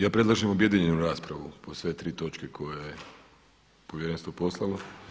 Ja predlažem objedinjenu raspravu po sve tri točke koje je povjerenstvo poslalo.